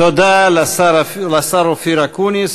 תודה לשר אופיר אקוניס.